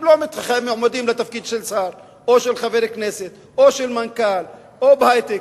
הם לא מועמדים לתפקיד של שר או של חבר כנסת או של מנכ"ל או בהיי-טק.